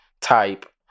type